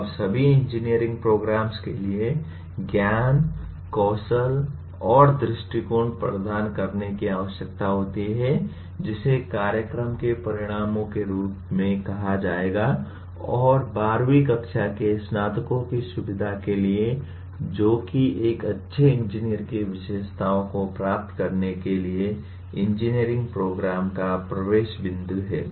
अब सभी engineering program के लिए ज्ञान कौशल और दृष्टिकोण प्रदान करने की आवश्यकता होती है जिसे कार्यक्रम के परिणामों के रूप में कहा जाएगा और 12 वीं कक्षा के स्नातकों की सुविधा के लिए जो कि एक अच्छे इंजीनियर की विशेषताओं को प्राप्त करने के लिए इंजीनियरिंग प्रोग्राम का प्रवेश बिंदु है